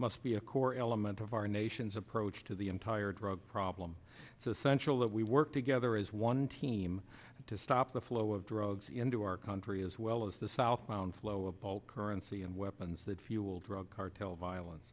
must be a core element of our nation's approach to the entire drug problem it's essential that we work together as one team to stop the flow of drugs into our country as well as the southbound flow of ball currency and weapons that fuel drug cartel violence